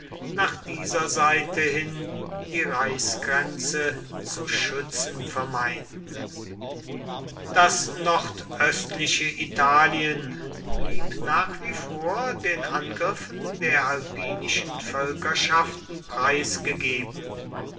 nach dieser seite hin die reichsgrenze zu schützen vermeinten das nordöstliche italien blieb nach wie vor den angriffen der alpinischen völkerschaften preisgegeben